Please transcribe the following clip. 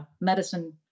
medicine